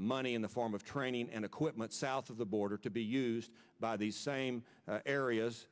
money in the form of training and equipment south of the border to be used by these same areas